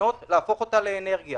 ממטמנות לאנרגיה